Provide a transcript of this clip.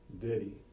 diddy